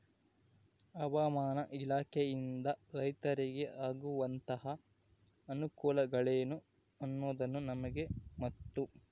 ಹವಾಮಾನ ಇಲಾಖೆಯಿಂದ ರೈತರಿಗೆ ಆಗುವಂತಹ ಅನುಕೂಲಗಳೇನು ಅನ್ನೋದನ್ನ ನಮಗೆ ಮತ್ತು?